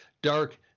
dark